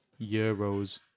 euros